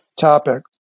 topic